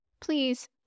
please